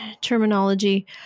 terminology